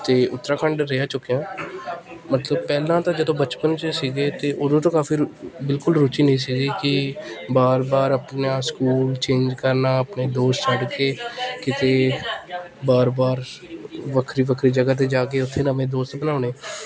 ਅਤੇ ਉੱਤਰਾਖੰਡ ਰਹਿ ਚੁੱਕਿਆ ਮਤਲਬ ਪਹਿਲਾਂ ਤਾਂ ਜਦੋਂ ਬਚਪਨ 'ਚ ਸੀਗੇ ਤਾਂ ਉਦੋਂ ਤਾਂ ਕਾਫੀ ਬਿਲਕੁਲ ਰੁਚੀ ਨਹੀਂ ਸੀਗੀ ਕਿ ਬਾਰ ਬਾਰ ਆਪਣਾ ਸਕੂਲ ਚੇਂਜ ਕਰਨਾ ਆਪਣੇ ਦੋ ਸਾਈਡ ਅਤੇ ਕਿਤੇ ਬਾਰ ਬਾਰ ਵੱਖਰੀ ਵੱਖਰੀ ਜਗਹਾ 'ਤੇ ਜਾ ਕੇ ਉੱਥੇ ਨਵੇਂ ਦੋਸਤ ਬਣਾਉਣੇ